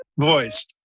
voice